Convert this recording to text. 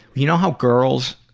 you know how girls